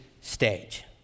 stage